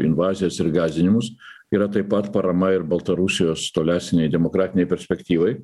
invazijas ir gąsdinimus yra taip pat parama ir baltarusijos tolesnei demokratinei perspektyvai